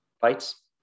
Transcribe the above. fights